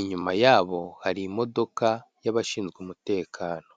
inyuma yabo hari imodoka y'abashinzwe umutekano.